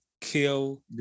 kill